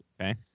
Okay